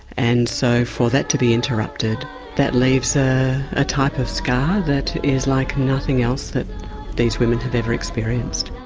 and so for that to be interrupted that leaves a ah type of scar that is like nothing else that these women have ever experienced.